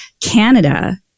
Canada